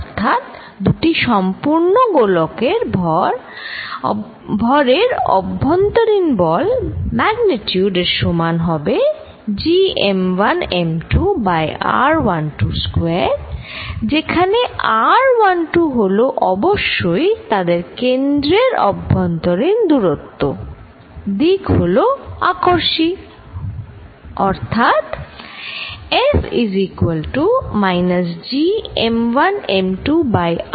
অর্থাৎ দুটি সম্পূর্ণ গোলকের ভরের অভ্যন্তরীণ বল ম্যাগনিচিউড এর সমান হবে Gm1m2 বাই r12 স্কয়ার যেখানে r12 হল অবশ্যই তাদের কেন্দ্রের অভ্যন্তরীণ দূরত্ব দিক হল আকর্ষী অর্থাৎ এটা